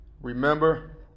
Remember